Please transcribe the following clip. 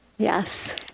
Yes